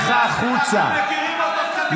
אנחנו מכירים אותו קצת יותר טוב ממך.